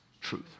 truth